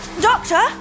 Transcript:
Doctor